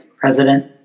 President